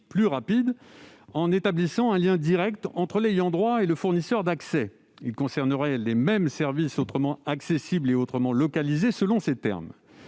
plus rapide, en établissant un lien direct entre l'ayant droit et le fournisseur d'accès. Il concernerait les mêmes services autrement accessibles ou localisés, selon ses propres